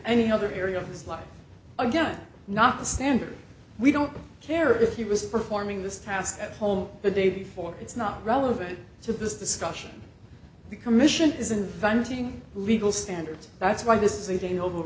any other area of his life again not the standard we don't care if he was performing this task at home the day before it's not relevant to this discussion the commission is inventing legal standards that's why this is a